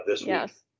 yes